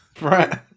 Right